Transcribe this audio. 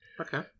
Okay